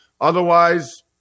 Otherwise